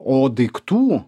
o daiktų